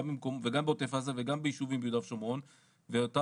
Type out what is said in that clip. גם בעוטף עזה וגם בישובים ביהודה ושומרון ואותה